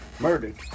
murdered